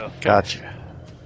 Gotcha